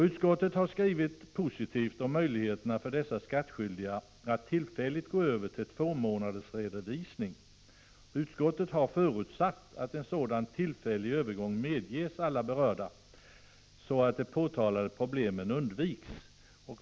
Utskottet har skrivit positivt om möjligheterna för dessa skattskyldiga att tillfälligt gå över till tvåmånadersredovisning — utskottet har förutsatt att sådan tillfällig övergång medges alla berörda, så att de påtalade problemen undviks.